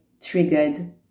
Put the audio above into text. triggered